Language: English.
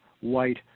white